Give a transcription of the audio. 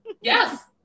Yes